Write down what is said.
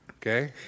Okay